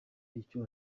icyo